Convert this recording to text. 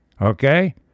Okay